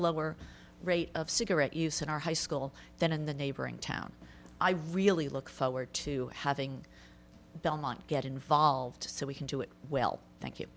lower rate of cigarette use in our high school than in the neighboring town i really look forward to having belmont get involved so we can do it well thank